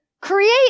Create